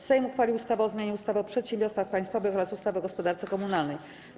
Sejm uchwalił ustawę o zmianie ustawy o przedsiębiorstwach państwowych oraz ustawy o gospodarce komunalnej.